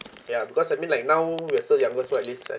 ya because I mean like now we're still younger so at least I